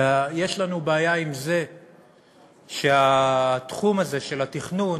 שיש לנו בעיה עם זה שהתחום הזה של התכנון